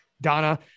Donna